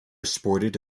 sported